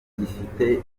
gifite